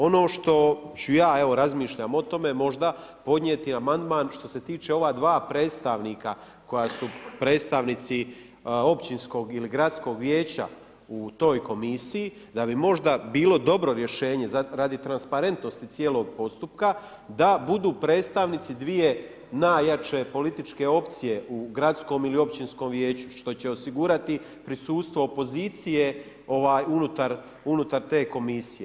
Ono što ću ja, evo razmišljam o tome možda podnijeti amandman što se tiče ova dva predstavnika koja su predstavnici Općinskog ili Gradskog vijeća u toj komisiji, da bi možda bilo dobro rješenje radi transparentnosti cijelog postupka, da budu predstavnici dvije najjače političke opcije u gradskom ili općinskom vijeću što će osigurati prisustvo opozicije unutar te komisije.